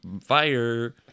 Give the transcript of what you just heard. fire